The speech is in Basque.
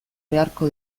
beharko